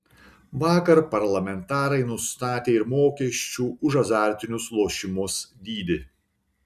vakar parlamentarai nustatė ir mokesčių už azartinius lošimus dydį